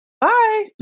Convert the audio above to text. Bye